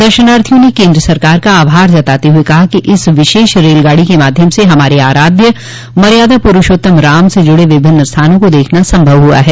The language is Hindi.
दर्शनार्थियों ने केन्द्र सरकार का आभार जताते हुए कहा कि इस विशेष रेलगाड़ी के माध्यम से हमारे आराध्य मर्यादा पुरूषोत्तम राम से जुड़े विभिन्न स्थानों को देखना संभव हुआ है